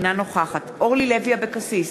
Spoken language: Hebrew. אינה נוכחת אורלי לוי אבקסיס,